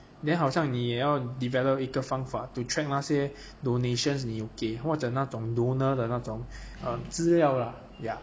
then 好像你也要 develop 一个方法 to track 那些 donations 你有给或者那种 donor 的那种 err 资料啦 yeah